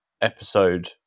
episode